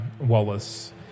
Wallace